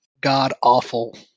god-awful